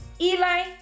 Eli